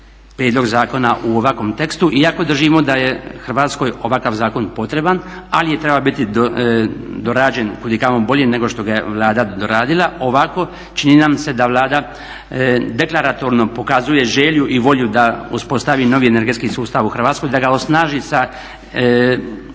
prijedlog zakona u ovakvom tekstu iako držimo da je Hrvatskoj ovakav zakon potreban ali je trebao biti dorađen kudikamo bolji nego što ga je Vlada doradila. Ovako čini nam se da Vlada deklaratorno pokazuje želju i volju da uspostavi novi energetski sustav u Hrvatskoj, da ga osnaži sa